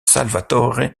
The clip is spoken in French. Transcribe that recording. salvatore